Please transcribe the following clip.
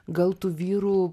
gal tų vyrų